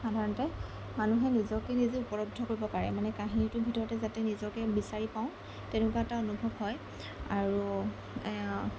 সাধাৰণতে মানুহে নিজকে নিজে উপলব্ধ কৰিব পাৰে মানে কাহিনীটোৰ ভিতৰতে যাতে নিজকে বিচাৰি পাওঁ তেনেকুৱা এটা অনুভৱ হয় আৰু